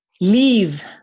leave